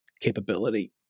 capability